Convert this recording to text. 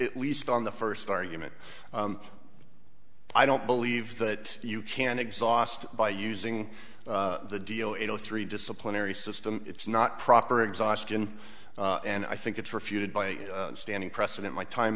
at least on the first argument i don't believe that you can exhaust by using the deal in zero three disciplinary system it's not proper exhaustion and i think it's refuted by standing precedent my time